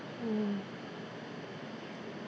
mm